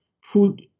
food